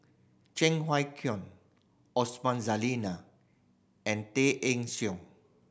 Cheng Wai Keung Osman Zailani and Tay Eng Soon